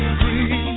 free